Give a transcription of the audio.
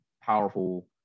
powerful